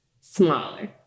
smaller